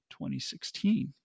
2016